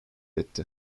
etti